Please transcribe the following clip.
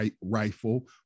rifle